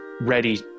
ready